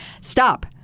stop